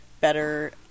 better